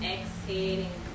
Exhaling